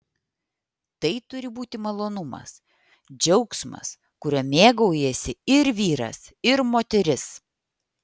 tai turi būti malonumas džiaugsmas kuriuo mėgaujasi ir vyras ir moteris